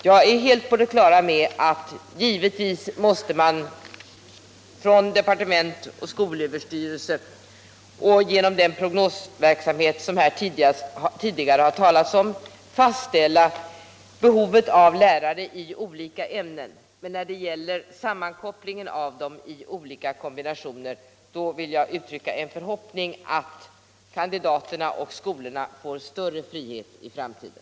Jag är helt på det klara med att man givetvis från departement och skolöverstyrelse och genom den programverksamhet som här tidigare påtalats måste fastställa behovet av lärare i olika ämnen. Men när det gäller sammankopplingen av dem i olika kombinationer vill jag uttrycka en förhoppning om att kandidaterna och skolorna får större frihet i framtiden.